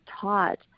taught